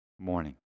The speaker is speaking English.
morning